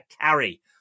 carry